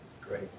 Great